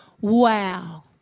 wow